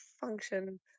function